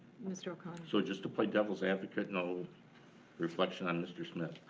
mr. o'connor. so just to play devil's advocate, no reflection on mr. smith.